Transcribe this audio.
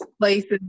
places